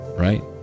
Right